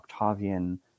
Octavian